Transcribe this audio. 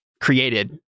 created